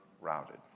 routed